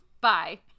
bye